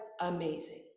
amazing